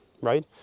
right